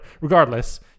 regardless